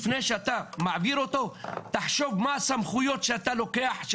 לפני שאתה מעביר אותו תחשוב מה הסמכויות שאתה לוקח,